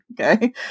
okay